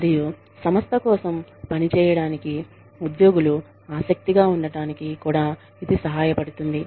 మరియు సంస్థ కోసం పనిచేయడానికి ఉద్యోగులు ఆసక్తిగా ఉండటానికి కూడా ఇది సహాయపడుతుంది